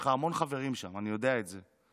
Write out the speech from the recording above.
יש לך המון חברים שם, אני יודע את זה.